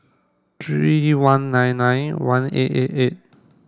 three one nine nine one eight eight eight